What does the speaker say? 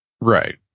Right